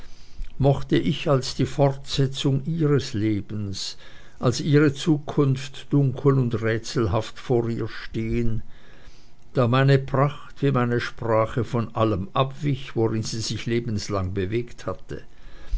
mochte ich als die fortsetzung ihres lebens als ihre zukunft dunkel und rätselhaft vor ihr stehen da meine tracht wie meine sprache von allem abwich worin sie sich lebenslang bewegt hatte